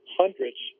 hundreds